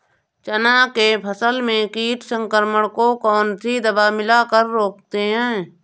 चना के फसल में कीट संक्रमण को कौन सी दवा मिला कर रोकते हैं?